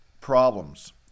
problems